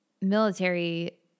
military